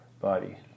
body